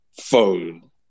phone